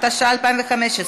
התשע"ה 2015,